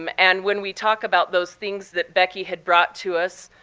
um and when we talk about those things that becky had brought to us,